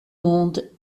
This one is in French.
monde